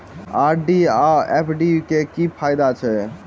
RD आ FD क की फायदा छै?